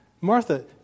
Martha